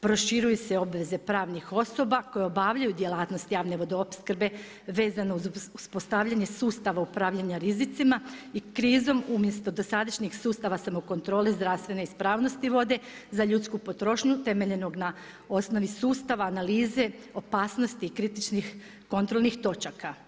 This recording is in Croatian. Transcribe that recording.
Proširuju se obveze pravnih osoba koje obavljaju djelatnosti javne vodoopskrbe vezano uz uspostavljanje sustava upravljanja rizicima i krizom umjesto dosadašnjeg sustava samokontrole zdravstvene ispravnosti vode za ljudsku potrošnju temeljenog na osnovi sustava analize opasnosti kritičnih kontrolnih točaka.